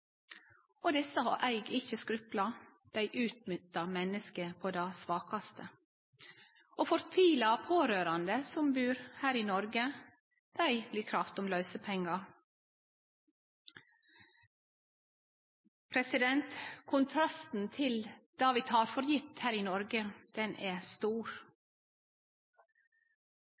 Desse eig ikkje skruplar, dei utnyttar menneske på det svakaste, og fortvila pårørande som bur her i Noreg, vert kravde om løysepengar. Kontrasten til det vi tek for gjeve her i Noreg, er stor.